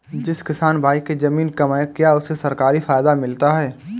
जिस किसान भाई के ज़मीन कम है क्या उसे सरकारी फायदा मिलता है?